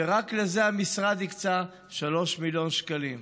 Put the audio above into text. שרק לזה המשרד הקצה 3 מיליון שקלים.